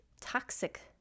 toxic